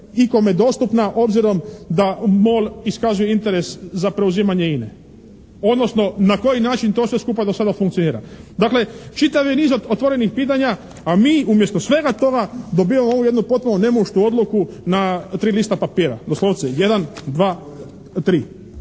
ikome dostupna obzirom da MOL iskazuje interes za preuzimanje INA-e, odnosno na koji način to sve skupa do sada funkcionira. Dakle, čitav je niz otvorenih pitanja a mi umjesto svega toga dobivamo ovu jednu potpuno nemuštu odluku na tri lista papira, doslovce jedan, dva tri